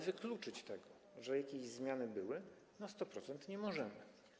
wykluczyć tego, że jakieś zmiany były, na 100% nie możemy.